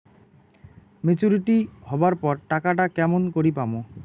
Maturity হবার পর টাকাটা কেমন করি পামু?